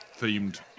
themed